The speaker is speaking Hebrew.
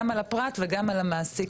גם על הפרט וגם על המעסיק.